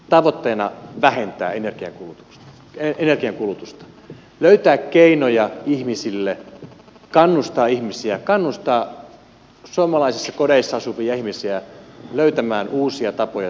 kysymyksessähän on tavoitteena vähentää energiankulutusta löytää keinoja ihmisille kannustaa ihmisiä kannustaa suomalaisissa kodeissa asuvia ihmisiä löytämään uusia tapoja säästää energiaa